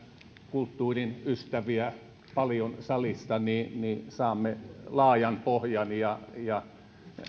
kulttuurin ystäviä paljon salissa niin saamme laajan pohjan ja ja